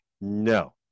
No